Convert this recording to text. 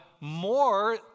more